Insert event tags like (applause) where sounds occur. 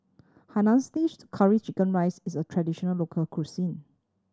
(unintelligible) Curry Chicken rice is a traditional local cuisine